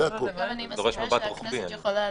וגם אני מסכימה שהכנסת יכולה